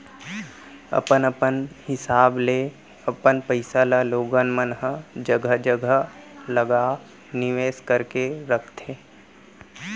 अपन अपन हिसाब ले अपन पइसा ल लोगन मन ह जघा जघा लगा निवेस करके रखथे